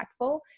impactful